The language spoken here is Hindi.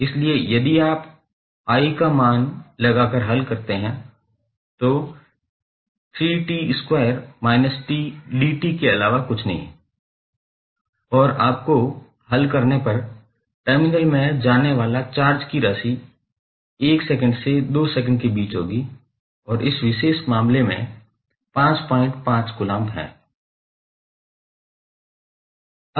इसलिए यदि आप I का मान लगाकर हल करते हैं तो के अलावा कुछ नहीं है और आपको हल करने पर टर्मिनल में जाने वाला चार्ज की राशि 1 सेकंड से 2 सेकंड के बीच होगी और इस विशेष मामले में 55 कूलम्ब है